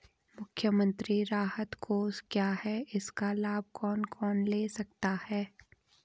मुख्यमंत्री राहत कोष क्या है इसका लाभ कौन कौन ले सकता है?